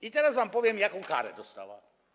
I teraz wam powiem, jaką karę dostała.